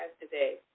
today